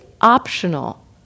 optional